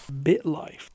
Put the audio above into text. BitLife